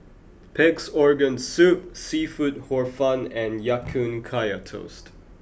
Pig'S organ soup seafood Hor Fun and Ya Kun Kaya Toast